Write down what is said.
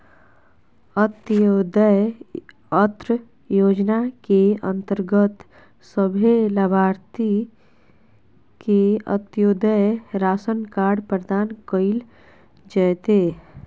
अंत्योदय अन्न योजना के अंतर्गत सभे लाभार्थि के अंत्योदय राशन कार्ड प्रदान कइल जयतै